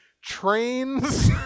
trains